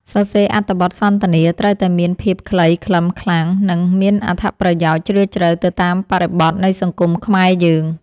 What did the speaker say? សរសេរអត្ថបទសន្ទនាត្រូវតែមានភាពខ្លីខ្លឹមខ្លាំង និង មានអត្ថន័យជ្រាលជ្រៅទៅតាមបរិបទនៃសង្គមខ្មែរយើង។